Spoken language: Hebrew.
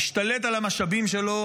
משתלט על המשאבים שלו,